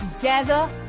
Together